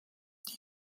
die